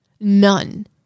none